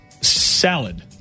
Salad